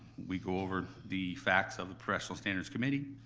we go over the facts of the professional standards committee.